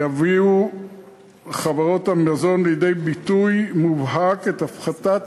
יביאו חברות המזון לידי ביטוי מובהק את הפחתת